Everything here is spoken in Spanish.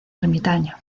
ermitaño